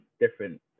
different